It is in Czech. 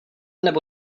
nebo